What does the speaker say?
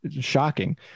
shocking